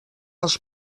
els